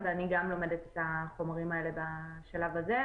אז אני גם לומדת את החומרים האלה בשלב הזה.